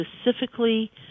specifically